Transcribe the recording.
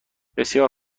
بسیار